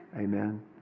Amen